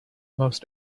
most